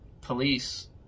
police